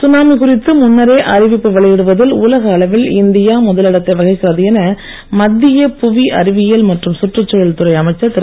tsunami குறித்து முன்னரே அறிவிப்பு வெளியிடுவதில் உலக அளவில் இந்தியா முதலிடத்தை வகிக்கிறது என மத்திய புவி அறிவியல் மற்றும் சுற்றுச்சூழல் துறை அமைச்சர் திரு